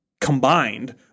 combined